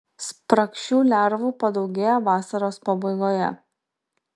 spragšių lervų padaugėja vasaros pabaigoje